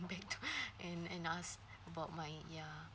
back to and and ask about my ya